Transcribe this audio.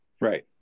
Right